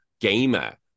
gamer